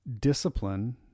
discipline